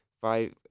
five